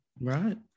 Right